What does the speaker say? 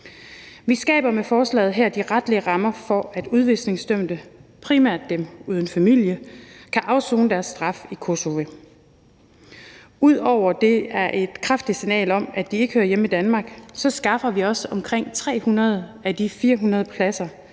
Vi skaber med forslaget her de retlige rammer for, at udvisningsdømte, primært dem uden familie, kan afsone deres straf i Kosovo. Ud over at det er et kraftigt signal om, at de ikke hører hjemme i Danmark, skaffer vi også omkring 300 af de 400 pladser,